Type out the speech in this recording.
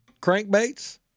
crankbaits